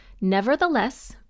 Nevertheless